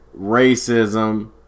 racism